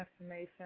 information